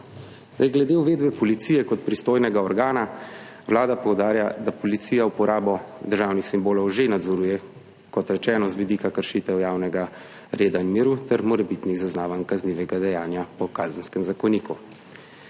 Glede uvedbe policije kot pristojnega organa Vlada poudarja, da policija uporabo državnih simbolov že nadzoruje, kot rečeno, z vidika kršitev javnega reda in miru ter morebitnih zaznavanj kaznivega dejanja po Kazenskem zakoniku.